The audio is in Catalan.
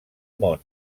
món